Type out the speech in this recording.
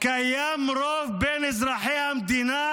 קיים רוב בין אזרחי המדינה